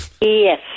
Yes